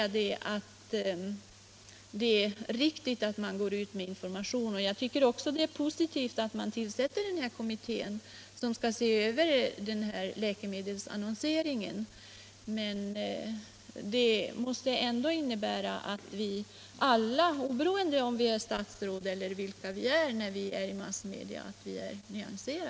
Det är riktigt att gå ut med information, och jag tycker att det är positivt att man tillsätter den här kommittén som skall se över läkemedelsannonseringen. Men vare sig vi är statsråd eller inte måste vi ändå alla vara nyanserade när vi uppträder i massmedia.